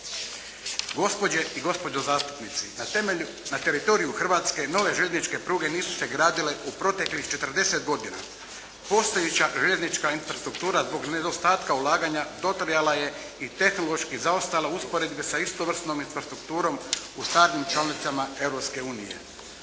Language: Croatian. Gospođe i gospodo zastupnici, na teritoriju Hrvatske nove željezničke pruge nisu se gradile u proteklih 40 godina. Postojeća željeznička infrastruktura zbog nedostatka ulaganja dotrajala je i tehnološki zaostala usporedbi sa istovrsnom infrastrukturom u stalnim članicama